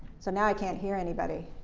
so now i can't hear anybody.